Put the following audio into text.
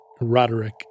Roderick